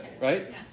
right